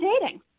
dating